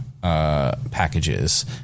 packages